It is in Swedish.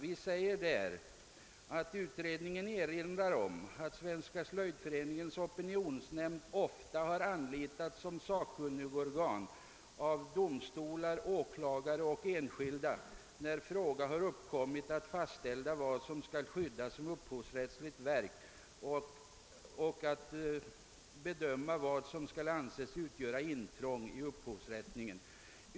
I propositionen står: »Utredningen erinrar om att Svenska slöjdföreningens opinionsnämnd ofta har anlitats som sakkunnigorgan av domstolar, åklagare och enskilda, när fråga har uppkommit att fastställa vad som skall skyddas som upphovsrättsligt verk och att bedöma vad som skall anses utgöra intrång i upphovsrätten.